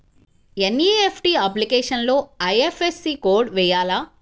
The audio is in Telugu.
ఎన్.ఈ.ఎఫ్.టీ అప్లికేషన్లో ఐ.ఎఫ్.ఎస్.సి కోడ్ వేయాలా?